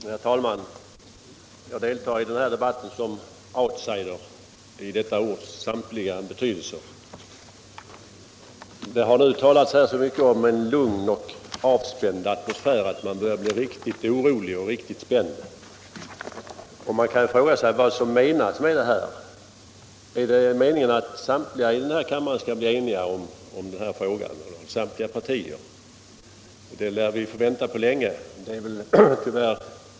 Herr talman! Jag deltar i den här debatten som outsider i detta ords samtliga betydelser. Det har nu talats här så mycket om en lugn och avspänd atmosfär att man börjar bli riktigt orolig och spänd. Man frågar sig vad som menas med detta. Är det meningen att samtliga i den här kammaren -— eller samtliga partier — skall bli eniga om denna fråga? Det lär vi få vänta på länge.